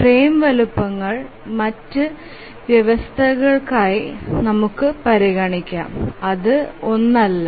frame വലുപ്പങ്ങൾ മറ്റ് വ്യവസ്ഥകൾക്കായി നമുക്ക് പരിഗണിക്കാം അതു 1 അല്ല